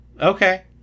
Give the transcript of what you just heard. Okay